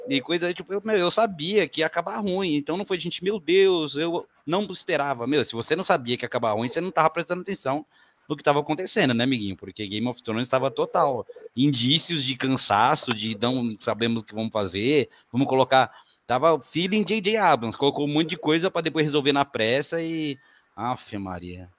de coisa, tipo, eu- meu, eu sabia que ia acabar ruim, então não foi, gente, meu Deus, eu não esperava. Meu, se você não sabia que ia acabar ruim, você não tava prestando atenção no que tava acontecendo, né, amiguinho? Porque Game of Thrones tava total, ó, indícios de cansaço, de não sabemos o que vamos fazer, vamos colocar- tava feeling J.J. Abrams, colocou um monte de coisa pra depois resolver na pressa e- Aff, Maria.